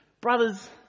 Brothers